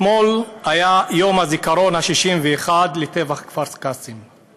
אתמול היה יום הזיכרון ה-61 לטבח בכפר קאסם.